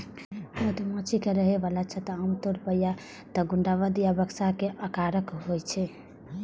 मधुमाछी के रहै बला छत्ता आमतौर पर या तें गुंबद या बक्सा के आकारक होइ छै